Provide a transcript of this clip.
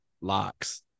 locks